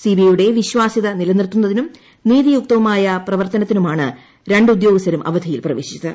സിബിഐയുടെ വിശ്വാസ്യത നിലനിർത്തുന്നതിനും നീതിയുക്തമായ പ്രവർത്തനത്തിനുമാണ് രണ്ട് ഉദ്യോഗസ്ഥരും അവധിയിൽ പ്രവേശിച്ചത്